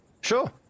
Sure